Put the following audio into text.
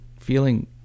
feeling